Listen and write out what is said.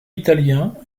italien